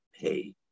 pay